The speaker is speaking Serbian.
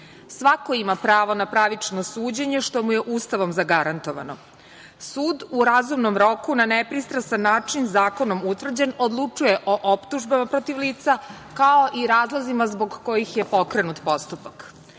Svako ima pravo na pravično suđenje, što mu je Ustavom zagarantovano. Sud u razumnom roku na nepristrasan način zakonom utvrđen odlučuje o optužbama protiv lica, kao i razlozima zbog kojih je pokrenut postupak. Veoma